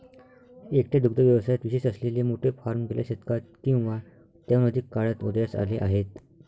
एकट्या दुग्ध व्यवसायात विशेष असलेले मोठे फार्म गेल्या शतकात किंवा त्याहून अधिक काळात उदयास आले आहेत